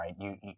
right